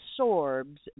absorbs